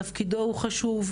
תפקידו חשוב,